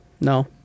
No